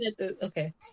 okay